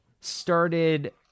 started